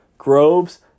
Groves